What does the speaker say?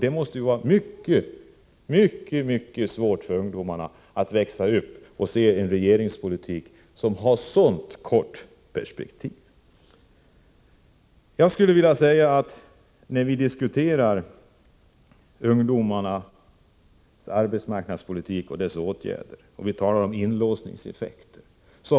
Det måste vara mycket, mycket svårt för ungdomarna att växa upp och se en regeringspolitik som har ett sådant kort perspektiv. Vi diskuterar här arbetsmarknadspolitiska åtgärder för ungdomarna och talar om inlåsningseffekter.